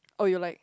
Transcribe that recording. or you like